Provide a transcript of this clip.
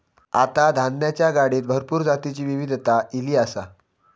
आता धान्याच्या गाडीत भरपूर जातीची विविधता ईली आसा